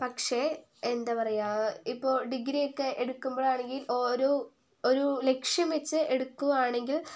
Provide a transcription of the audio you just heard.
പക്ഷേ എന്താ പറയുക ഇപ്പം ഡിഗ്രി ഒക്കെ എടുക്കുമ്പോഴാണെങ്കിൽ ഒരു ലക്ഷ്യം വെച്ച് എടുക്കുകയാണെങ്കില്